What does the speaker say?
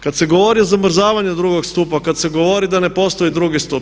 Kad se govori o zamrzavanju drugog stupa, kad se govori da ne postoji drugi stup.